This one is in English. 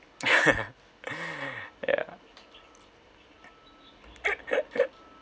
ya